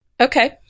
Okay